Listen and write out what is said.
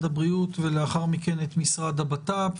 הבריאות; ולאחר מכן את משרד הבט"פ,